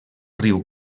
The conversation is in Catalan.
riu